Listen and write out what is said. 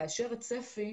כאשר הצפי,